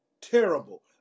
terrible